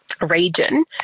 region